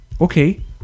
Okay